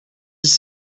dix